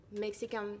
Mexican